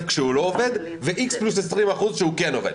כשהוא לא עובד ו-X+20% כשהוא כן עובד.